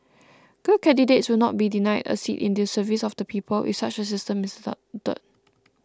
good candidates would not be denied a seat in the service of the people if such a system is